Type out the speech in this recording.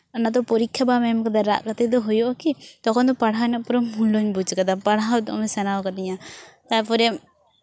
ᱚᱱᱟ ᱫᱚ ᱯᱚᱨᱤᱠᱠᱷᱟ ᱫᱚ ᱵᱟᱢ ᱮᱢ ᱠᱟᱫᱟ ᱨᱟᱜ ᱠᱟᱛᱮᱫ ᱫᱚ ᱦᱩᱭᱩᱜᱼᱟ ᱠᱤ ᱛᱚᱠᱷᱚᱱ ᱫᱚ ᱯᱟᱲᱦᱟᱣ ᱨᱮᱱᱟᱜ ᱯᱩᱨᱟᱹ ᱢᱩᱞᱞᱚᱧ ᱵᱩᱡᱽ ᱠᱟᱫᱟ ᱯᱟᱲᱦᱟᱣ ᱫᱚᱢᱮ ᱥᱟᱱᱟᱣ ᱠᱟᱹᱫᱤᱧᱟ ᱛᱟᱨᱯᱚᱨᱮ